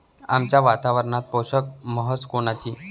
आमच्या वातावरनात पोषक म्हस कोनची?